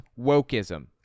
wokeism